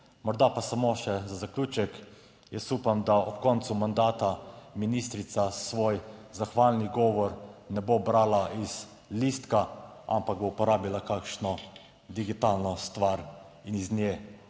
Morda pa samo še za zaključek. Jaz upam, da ob koncu mandata ministrica svoj zahvalni govor ne bo brala iz listka, ampak bo uporabila kakšno digitalno stvar in iz nje brala,